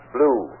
Blue